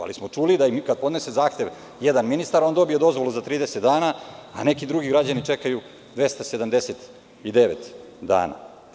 Čuli smo da kada podnese zahtev jedan ministar, on dobije dozvolu za 30 dana, a neki drugi građani čekaju 279 dana.